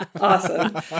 Awesome